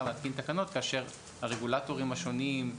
להתקין תקנות כאשר הרגולטורים השונים,